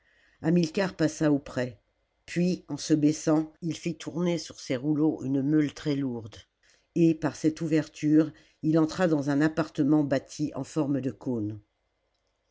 hamilcar passa auprès puis en se baissant il fit tourner sur ses rouleaux une meule très lourde et par cette ouverture il entra dans un appartement bâti en forme de cône